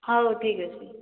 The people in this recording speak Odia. ହଉ ଠିକ୍ ଅଛି